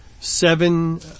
Seven